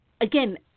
again